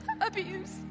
abuse